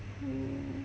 mm